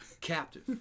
captive